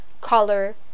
color